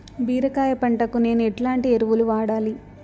బీరకాయ పంటకు నేను ఎట్లాంటి ఎరువులు వాడాలి?